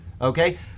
okay